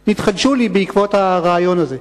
אבחנות שנתחדשו לי בעקבות הרעיון הזה.